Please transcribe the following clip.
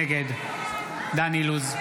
נגד דן אילוז,